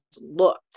looked